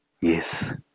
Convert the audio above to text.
yes